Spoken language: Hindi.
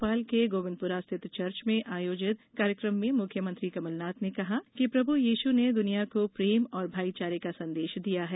भोपाल के गोविंदपुरा स्थित चर्च में आयोजित कार्यक्रम में मुख्यमंत्री कमलनाथ ने कहा कि प्रभू यीश ने दुनिया को प्रेम और भाईचारे का संदेश दिया है